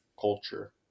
culture